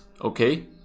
okay